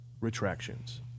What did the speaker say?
Retractions